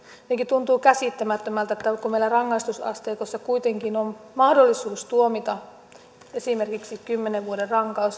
jotenkin tuntuu käsittämättömältä että kun meillä rangaistusasteikossa kuitenkin on mahdollisuus tuomita esimerkiksi kymmenen vuoden